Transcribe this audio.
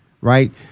right